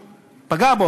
ומישהו פגע בו,